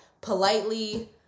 politely